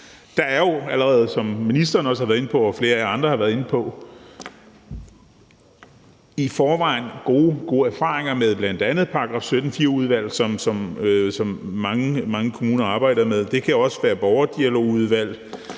Der er jo allerede, som ministeren og flere af jer andre også har været inde på, gode erfaringer med bl.a. § 17, stk. 4-udvalg, som mange kommuner arbejder med, og det kan også være borgerdialogudvalg.